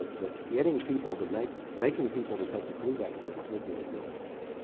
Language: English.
ah but getting people to make making people to take the flu vaccine i think would have really helped.